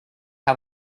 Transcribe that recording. how